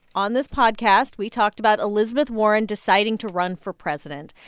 on this podcast, we talked about elizabeth warren deciding to run for president.